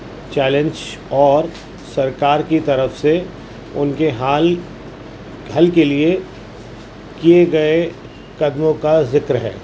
challenge اور سرکار کی طرف سے ان کے حال حل کے لیے کیے گئے قدموں کا ذکر ہے